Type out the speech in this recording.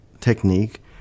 technique